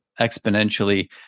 exponentially